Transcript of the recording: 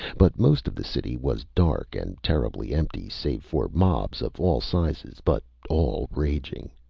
but most of the city was dark and terribly empty save for mobs of all sizes but all raging.